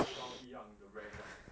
pay 到一样的 rank lah